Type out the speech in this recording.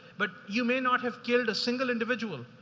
but you may not have killed a single individual,